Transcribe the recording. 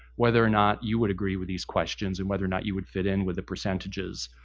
whether or not you would agree with these questions and whether or not you would fit in with the percentages